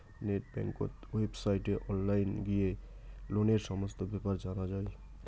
net বেংকত ওয়েবসাইটে online গিয়ে লোনের সমস্ত বেপার জানা যাই